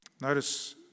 Notice